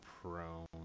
prone